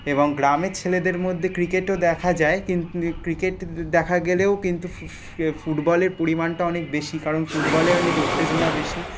এবং গ্রামের ছেলেদের মধ্যে ক্রিকেটও দেখা যায় কিন ক্রিকেট দেখা গেলেও কিন্তু ফফ ফুটবলের পরিমাণটা অনেক বেশী কারণ ফুটবলে অনেক উত্তেজনা বেশী